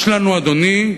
יש לנו, אדוני,